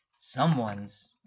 someone's